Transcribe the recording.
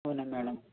అవునా మేడం